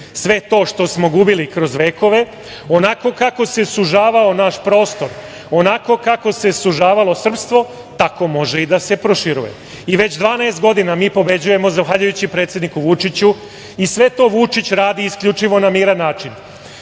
sve to što smo gubili kroz vekove, onako kako se sužavao naš prostor, onako kako se sužavalo srpstvo, tako može i da se proširuje.I, već 12 godina mi pobeđujemo zahvaljujući predsedniku Vučiću i sve to Vučić radi isključivo na miran način.